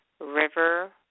River